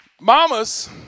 Mamas